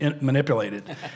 manipulated